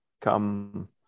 come